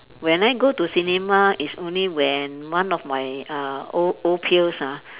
when I go to cinema is only when one of my uh old old peers ah